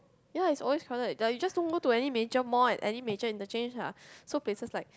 ya it's always crowded like you just don't go to any major mall and any major interchange lah so places like